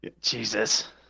Jesus